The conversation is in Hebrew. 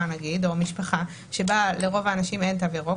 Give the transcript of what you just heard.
או משפחה בה לרוב האנשים אין תו ירוק,